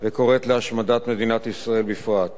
וקוראת להשמדת מדינת ישראל בפרט.